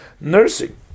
nursing